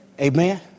Amen